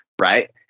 right